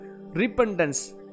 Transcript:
Repentance